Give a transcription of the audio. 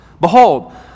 Behold